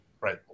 Right